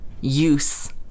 Use